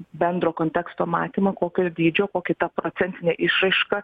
bendro konteksto matymą kokio dydžio kokia ta procentinė išraiška